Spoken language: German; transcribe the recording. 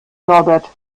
norbert